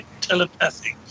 telepathic